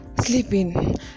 sleeping